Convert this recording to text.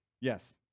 Yes